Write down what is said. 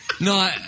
no